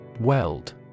Weld